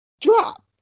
Drop